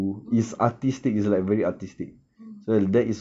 mmhmm um